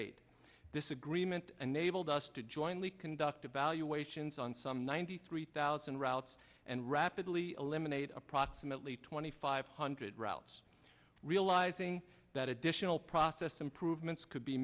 eight this agreement unable dust to jointly conduct evaluations on some ninety three thousand routes and rapidly eliminate approximately twenty five hundred routes realizing that additional process improvements could be